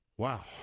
Wow